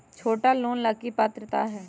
छोटा लोन ला की पात्रता है?